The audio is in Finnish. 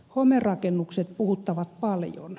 homerakennukset puhuttavat paljon